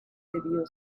debió